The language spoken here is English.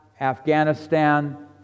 Afghanistan